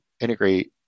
integrate